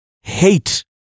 hate